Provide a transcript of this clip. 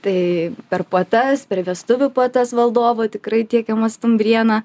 tai per puotas per vestuvių puotas valdovo tikrai tiekiama stumbriena